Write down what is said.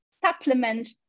supplement